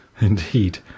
Indeed